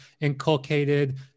inculcated